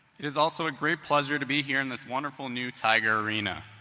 it is also a great pleasure to be here in this wonderful new tiger arena,